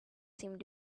seemed